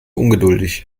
ungeduldig